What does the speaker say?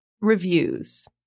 reviews